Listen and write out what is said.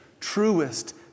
truest